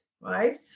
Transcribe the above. right